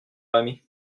ami